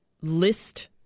list